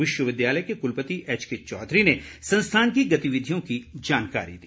विश्वविद्यालय के कुलपति एचके चौधरी ने संस्थान की गतिविधियों की जानकारी दी